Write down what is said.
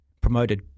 promoted